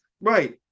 Right